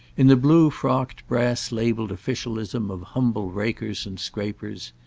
in the blue-frocked brass-labelled officialism of humble rakers and scrapers,